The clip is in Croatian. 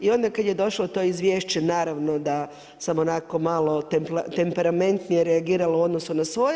I onda kada je došlo to izvješće naravno da sam onako malo temperamentnije reagirala u odnosu na svoje.